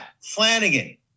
flanagan